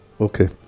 Okay